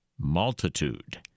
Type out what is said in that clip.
Multitude